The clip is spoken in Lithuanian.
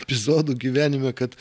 epizodų gyvenime kad